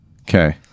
Okay